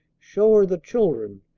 show her the children,